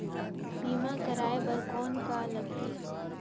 बीमा कराय बर कौन का लगही?